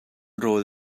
rawl